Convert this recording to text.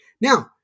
Now